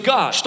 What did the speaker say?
God